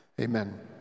Amen